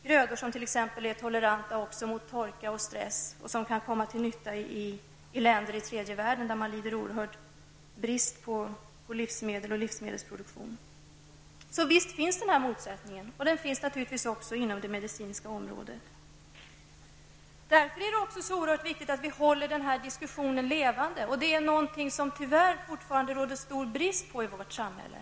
Det gäller t.ex. grödor som är toleranta mot torka och stress och som kan komma till nytta i länder i tredje världen där man lider en oerhörd brist på livsmedel och livsmedelsproduktion. Visst finns denna motsättning, och den finns naturligtvis också på det medicinska området. Det är därför också oerhört viktigt att vi håller denna diskussion levande. Det råder dock tyvärr fortfarande stor brist på detta i vårt samhälle.